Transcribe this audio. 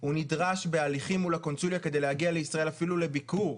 הוא נדרש בהליכים מול הקונסוליה כדי להגיע לישראל אפילו לביקור,